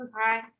Hi